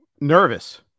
Nervous